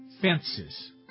fences